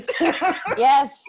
Yes